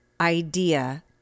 idea